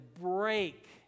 break